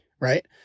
right